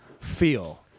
feel